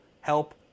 help